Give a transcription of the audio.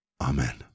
Amen